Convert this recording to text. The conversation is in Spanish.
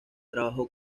trabajó